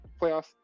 playoffs